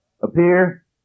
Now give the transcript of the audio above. appear